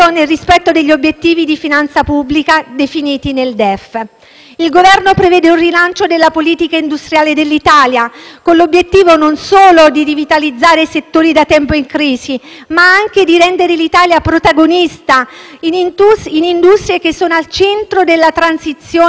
Il passaggio a standard ecologici più elevati rappresenta una vera opportunità di crescita per l'Italia, che deve essere perseguita attraverso l'incentivazione all'attività di ricerca, progettazione e produzione di mezzi di trasporto a basso impatto ambientale nel nostro Paese.